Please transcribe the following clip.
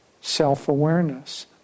self-awareness